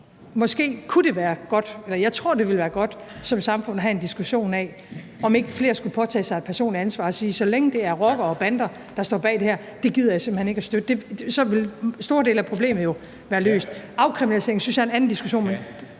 Måske kunne det være godt – jeg tror, det ville være godt – som samfund at have en diskussion af, om flere ikke skulle påtage sig et personligt ansvar og sige: Så længe det er rockere og bander, der står bag det her, så gider jeg simpelt hen ikke at støtte det. Så ville store dele af problemet være løst. Afkriminalisering synes jeg er en anden diskussion,